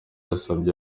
yasabye